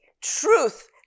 truth